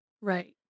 Right